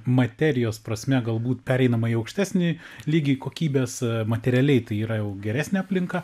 materijos prasme galbūt pereinama į aukštesnį lygį kokybės materialiai tai yra jau geresnę aplinką